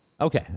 Okay